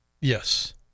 Yes